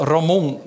Ramon